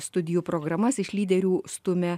studijų programas iš lyderių stumia